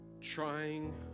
trying